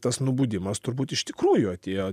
tas nubudimas turbūt iš tikrųjų atėjo